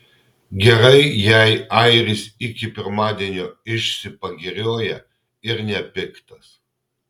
gerai jei airis iki pirmadienio išsipagirioja ir nepiktas